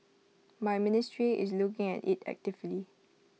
my ministry is looking at IT actively